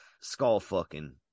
skull-fucking